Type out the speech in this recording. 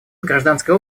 гражданское